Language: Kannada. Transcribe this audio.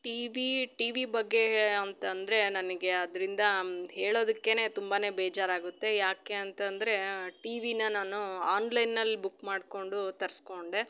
ಟಿ ವಿ ಟಿ ವಿ ಬಗ್ಗೆ ಹೆ ಅಂತಂದರೆ ನನಗೆ ಅದರಿಂದ ಹೇಳೋದಕ್ಕೆ ತುಂಬಾ ಬೇಜಾರಾಗುತ್ತೆ ಯಾಕೆ ಅಂತಂದರೆ ಟಿ ವಿನ ನಾನು ಆನ್ಲೈನಲ್ಲಿ ಬುಕ್ ಮಾಡಿಕೊಂಡು ತರಿಸ್ಕೊಂಡೆ